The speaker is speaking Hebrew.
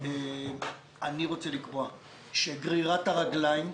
אני רוצה לקבוע שגרירת הרגליים,